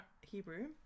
Hebrew